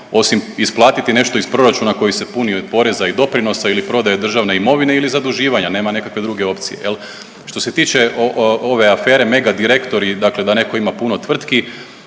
osim isplatiti nešto iz proračuna koji se punio i od poreza i doprinosa ili prodaje državne imovine ili zaduživanja, nema nekakve druge opcije jel. Što se tiče ove afere mega direktori dakle da netko ima puno tvrtki,